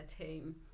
team